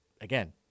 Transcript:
again